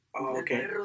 Okay